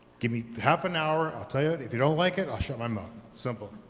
give me half an hour, i'll tell you it, if you don't like it, i'll shut my mouth. simple.